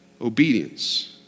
obedience